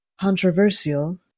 controversial